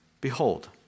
Behold